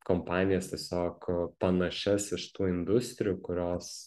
kompanijas tiesiog panašias iš tų industrijų kurios